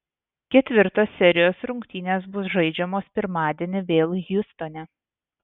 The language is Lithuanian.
ketvirtos serijos rungtynės bus žaidžiamos pirmadienį vėl hjustone